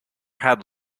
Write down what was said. had